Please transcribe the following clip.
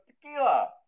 tequila